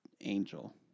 angel